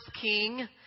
king